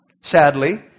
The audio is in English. Sadly